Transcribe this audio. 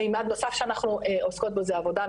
מימד נוסף שאנחנו עוסקות בו זה עבודה,